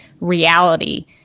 reality